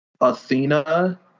Athena